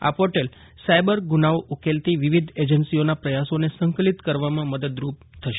આ portal cyber ગ્રુનાઓ ઉકેલતી વિવિધ એજન્સીઓના પ્રયાસોને સંકલિત કરવામાં મદદરૂપ થશે